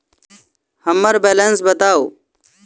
हम्मर बैलेंस बताऊ